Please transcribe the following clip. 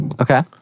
Okay